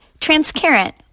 Transparent